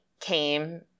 came